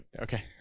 Okay